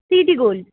city gold